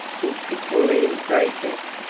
his praetorian praefect,